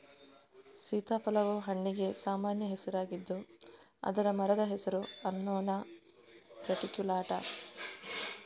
ಸೀತಾಫಲವು ಹಣ್ಣಿಗೆ ಸಾಮಾನ್ಯ ಹೆಸರಾಗಿದ್ದು ಅದರ ಮರದ ಹೆಸರು ಅನ್ನೊನಾ ರೆಟಿಕ್ಯುಲಾಟಾ